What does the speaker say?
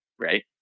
Right